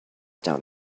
down